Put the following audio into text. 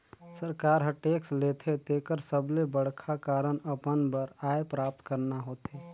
सरकार हर टेक्स लेथे तेकर सबले बड़खा कारन अपन बर आय प्राप्त करना होथे